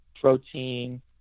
protein